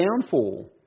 downfall